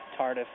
Tardis